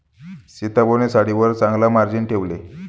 सीताबोने साडीवर चांगला मार्जिन ठेवले